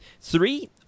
three